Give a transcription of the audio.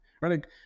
right